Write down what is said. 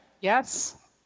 yes